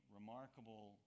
remarkable